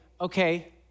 okay